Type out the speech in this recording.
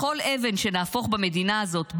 בכל אבן שנהפוך במדינה הזאת,